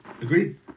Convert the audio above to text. Agreed